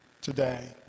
today